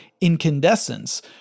incandescence